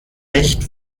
nicht